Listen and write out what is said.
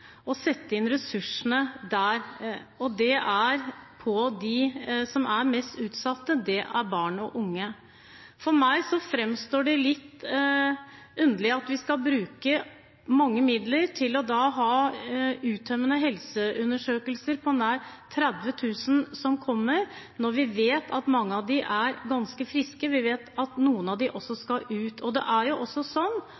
og det er barn og unge. For meg framstår det litt underlig at vi skal bruke mange midler til uttømmende helseundersøkelser for nær 30 000, når vi vet at mange av dem som kommer, er ganske friske, og vi vet at noen av dem skal ut. Det er også